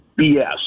bs